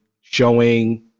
showing